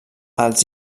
els